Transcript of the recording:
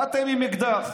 באתם עם אקדח